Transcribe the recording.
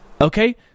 Okay